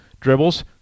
dribbles